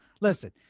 Listen